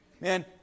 Man